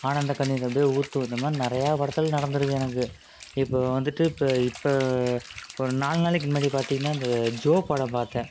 ஆனந்த கண்ணீர் அப்படியே ஊற்றும் இந்த மாதிரி நிறையா படத்தில் நடந்து இருக்குது எனக்கு இப்போ வந்துட்டு இப்போ இப்போ ஒரு நாலு நாளைக்கு முன்னாடி பார்த்தீங்கனா இந்த ஜோ படம் பார்த்தேன்